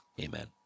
amen